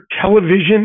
television